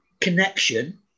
connection